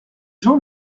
jean